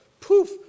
poof